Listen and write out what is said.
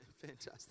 Fantastic